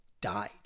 died